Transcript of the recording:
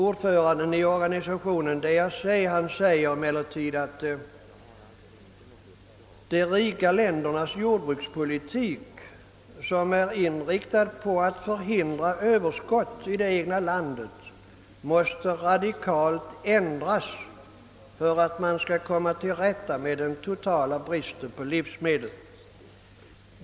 Ordföranden i organisationen DAC har emellertid uttalat att de rika ländernas jordbrukspolitik, som är inriktad på att förhindra överskott i det egna landet, måste radikalt ändras för att man skall kunna komma till rätta med den totala bristen på livsmedel.